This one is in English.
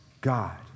God